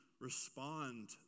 respond